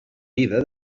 vida